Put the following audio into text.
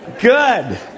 Good